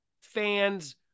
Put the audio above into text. fans